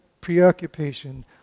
preoccupation